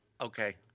Okay